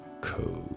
code